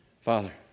Father